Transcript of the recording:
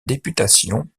députation